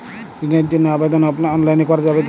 ঋণের জন্য আবেদন অনলাইনে করা যাবে কি?